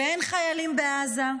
ואין חיילים בעזה,